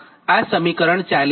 આ સમીકરણ 40 થાય